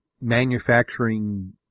manufacturing